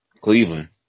Cleveland